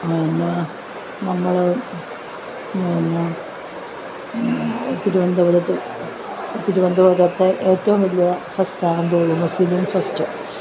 പിന്നെ നമ്മൾ തിരുവനന്തപുരത്ത് തിരുവനന്തപുരത്തെ ഏറ്റവും വലിയ ഫസ്റ്റാണ് ഫിലിം ഫസ്റ്റ്